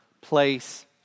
place